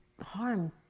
harm